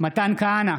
מתן כהנא,